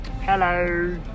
hello